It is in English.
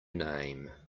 name